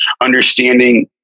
understanding